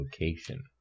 location